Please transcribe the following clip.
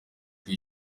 kwi